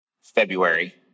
February